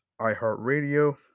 iHeartRadio